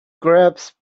grasp